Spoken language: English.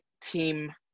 team